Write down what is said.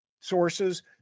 Sources